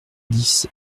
dix